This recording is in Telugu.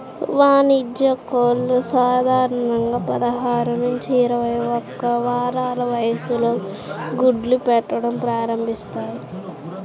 వాణిజ్య కోళ్లు సాధారణంగా పదహారు నుంచి ఇరవై ఒక్క వారాల వయస్సులో గుడ్లు పెట్టడం ప్రారంభిస్తాయి